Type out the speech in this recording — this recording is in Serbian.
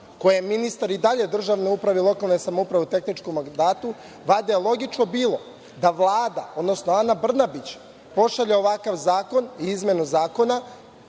koja je ministar i dalje državne uprave i lokalne samouprave u tehničkom mandatu, valjda je logično bilo da Vlada, odnosno Ana Brnabić pošalje ovakav zakon i izmenu zakona